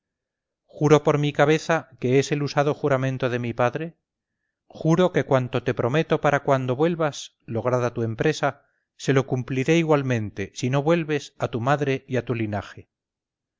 juro por mi cabeza que es el usado juramento de mi padre juro que cuanto te prometo para cuando vuelvas lograda tu empresa se lo cumpliré igualmente si no vuelves a tu madre y a tu linaje